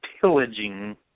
pillaging